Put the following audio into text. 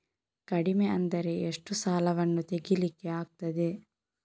ಕಡಿಮೆ ಅಂದರೆ ಎಷ್ಟು ಸಾಲವನ್ನು ತೆಗಿಲಿಕ್ಕೆ ಆಗ್ತದೆ?